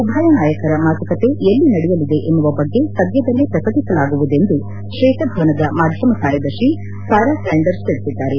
ಉಭಯ ನಾಯಕರ ಮಾತುಕತೆ ಎಲ್ಲಿ ನಡೆಯಲಿದೆ ಎನ್ನುವ ಬಗ್ಗೆ ಸದ್ಲದಲ್ಲೇ ಪ್ರಕಟಿಸಲಾಗುವುದೆಂದು ಶ್ವೇತ ಭವನದ ಮಾಧ್ಯಮ ಕಾರ್ಯದರ್ಶಿ ಸಾರಾ ಸ್ನಾಂಡರ್ಸ್ ತಿಳಿಸಿದ್ದಾರೆ